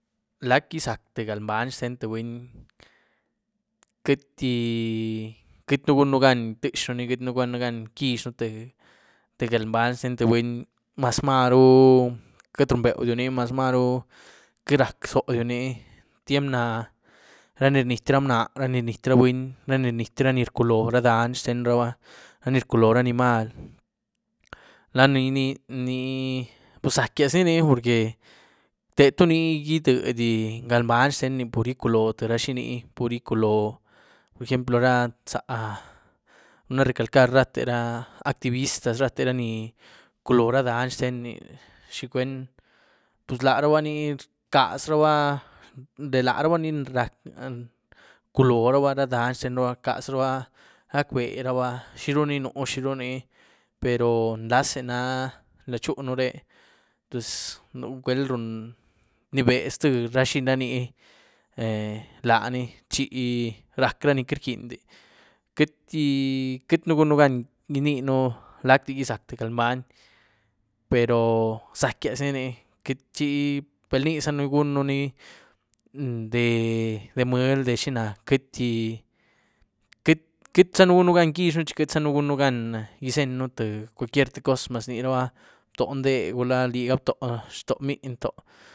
¿Lac'tíé zac' tïé galmbany xten tïé buny? Queity-queity nú gunën gan ityíexnuni, queity nú gunën gan quiezhën tïé galmbany xten tïé buny maz maru queity rumbeudyuni, maz maru queity rac'zóudyuni. Tyiem nah ra ni rnyety ra mna, ni rnyety ra buny, ra ni rnyety ra ni rcuúlóh ra dany xtenraba, ra ni rcuúlóh ra anímahl, ra nini ní puz zac'gyíáz ni ní, porque téh tuni idyedy galmbany xteni pur icuúloò tïé ra xini, pur icuúloò por ejemplo za ra, runa recalcar rate ra activistas, rate ra ni bcuúloó ra dany xtenni, ¿xi cwuen? Puz larabani rcazraba, de laraba ni rac'gan rcuúlóhraba ra dany xtenraba, rcazraba gac'beraba xiru ni nú, xiru ni. pero nlaze na laadchunú re. Puz nugwel run, rníbé ztïé xirani lani chi rac' ra ni queity rquinydi, queity-queity nú gun nú gan inyénú lac'tíé gí zac' tïé galmbany pero zac'gyíáz ni ní, queity chi bal inizanú gun nú ni déh müly, déh xina, queity q't'-q't' záën guíenugan quiezhën, xi queity zaën gun nú gan izenynú tïé cualquier tïé coz mas rnyéraba btó ndé gula liga btó mniny btó.